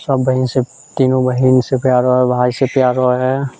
सभ बहीन से तीनू बहीन से प्यार आओर भाइ से प्यार रहै है